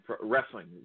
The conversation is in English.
wrestling